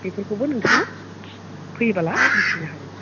बेफोरखौबो नोंथाङा फैबोला मिथिनो हागोन